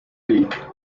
lic